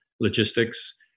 logistics